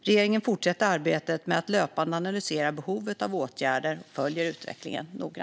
Regeringen fortsätter arbetet med att löpande analysera behovet av åtgärder och följer utvecklingen noga.